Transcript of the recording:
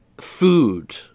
food